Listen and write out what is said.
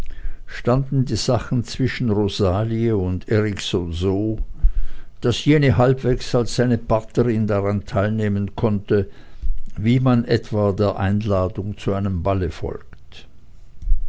standen die sachen zwischen rosalie und erikson so daß jene halbwegs als seine partnerin daran teilnehmen konnte wie man etwa der einladung zu einem balle folgt